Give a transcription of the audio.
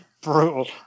brutal